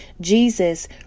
Jesus